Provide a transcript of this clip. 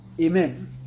Amen